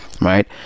right